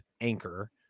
anchor